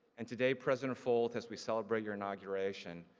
and today, president folt, as we celebrate your inauguration,